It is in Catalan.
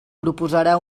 proposarà